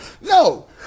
No